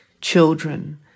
children